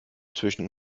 zwischen